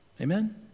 Amen